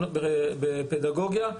בפדגוגיה,